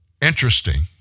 Interesting